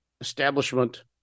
establishment